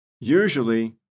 Usually